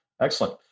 Excellent